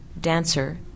dancer